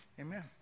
Amen